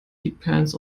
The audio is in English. depends